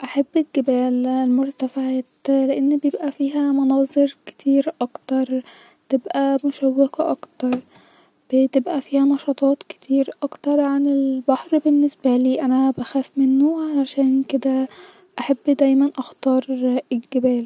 بحب شهر اتناشر لانو بيكون-بدايه دخول الشتا-وانا بحب الشتا جدا وبحب السقعه عن الصيف- فا-بحب شهر اتناشر